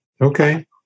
Okay